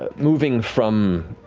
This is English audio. ah moving from